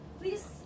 please